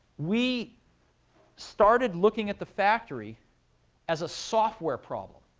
we started looking at the factory as a software problem.